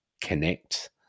connect